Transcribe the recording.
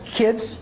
kids